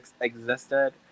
existed